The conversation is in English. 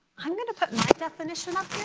i'm gonna put my definition up